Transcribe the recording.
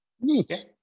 Neat